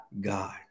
God